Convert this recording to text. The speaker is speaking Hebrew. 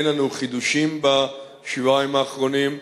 אין לנו חידושים בשבועיים האחרונים.